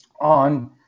on